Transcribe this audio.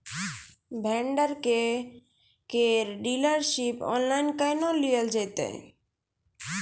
Vendor केर dealership online केहनो लियल जेतै?